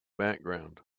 background